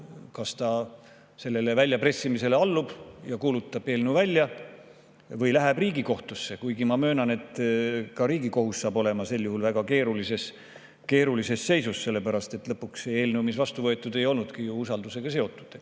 kas ta sellele väljapressimisele allub ja kuulutab eelnõu välja või läheb Riigikohtusse. Kuigi ma möönan, et ka Riigikohus saab olema sel juhul väga keerulises seisus, sest lõpuks see eelnõu, mis vastu võeti, ei olnudki ju usaldus[küsimusega] seotud.